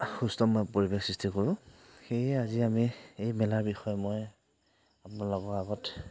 সুস্থময় পৰিৱেশ সৃষ্টি কৰোঁ সেয়েহে আজি আমি এই মেলাৰ বিষয়ে মই আপোনালোকৰ আগত